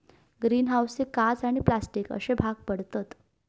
green हाऊसचे काच आणि प्लास्टिक अश्ये भाग पडतत